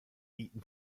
eaten